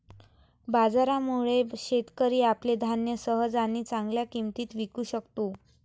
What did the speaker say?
बाजारामुळे, शेतकरी आपले धान्य सहज आणि चांगल्या किंमतीत विकू शकतो